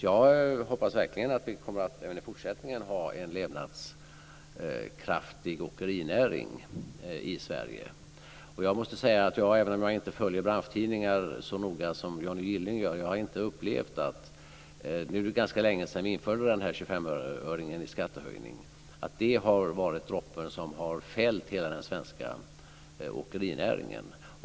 Jag hoppas verkligen att vi även i fortsättningen kommer att ha en levnadskraftig åkerinäring i Även om jag inte följer branschtidningar så noga som Johnny Gylling gör måste jag säga att jag inte har upplevt - nu är det ganska länge sedan vi införde en 25-öring i skattehöjning - att det har varit droppen som har fällt hela den svenska åkerinäringen.